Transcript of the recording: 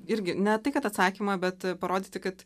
irgi ne tai kad atsakymą bet parodyti kad